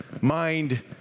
mind